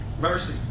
Mercy